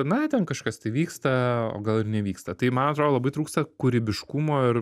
na ten kažkas tai vyksta o gal ir nevyksta tai man atrodo labai trūksta kūrybiškumo ir